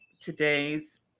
today's